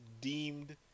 deemed